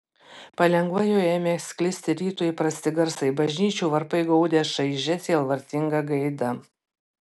palengva jau ėmė sklisti rytui įprasti garsai bažnyčių varpai gaudė šaižia sielvartinga gaida